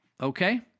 okay